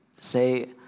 say